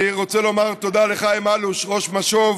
אני רוצה לומר תודה לחיים אלוש, ראש "משוב",